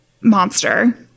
monster